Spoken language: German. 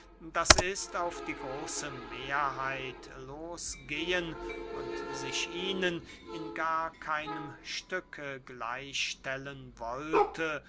d i auf die große mehrheit losgehen und sich ihnen in gar keinem stücke gleich stellen wollte